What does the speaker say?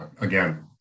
Again